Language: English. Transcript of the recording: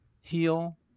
heal